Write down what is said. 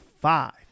five